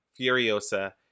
Furiosa